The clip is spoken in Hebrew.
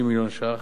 כ-160 מיליון ש"ח,